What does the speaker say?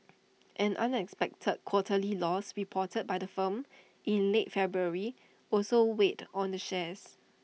an unexpected quarterly loss reported by the firm in late February also weighed on the shares